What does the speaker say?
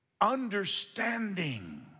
understanding